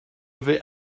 vais